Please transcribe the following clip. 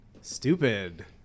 Stupid